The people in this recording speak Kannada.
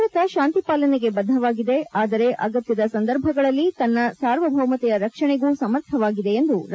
ಭಾರತ ಶಾಂತಿಪಾಲನೆಗೆ ಬದ್ದವಾಗಿದೆ ಆದರೆ ಅಗತ್ಯದ ಸಂದರ್ಭಗಳಲ್ಲಿ ತನ್ನ ಸಾರ್ವಭೌಮತೆಯ ರಕ್ಷಣೆಗೂ ಸಮರ್ಥವಾಗಿದೆ ಎಂದು ರಾಷ್ಷಪತಿಗಳ ಬಣ್ಣನೆ